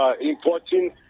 importing